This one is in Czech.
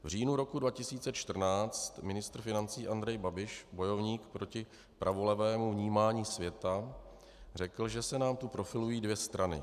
V říjnu roku 2014 ministr financí Andrej Babiš, bojovník proti pravolevému vnímání světa, řekl, že se nám tu profilují dvě strany.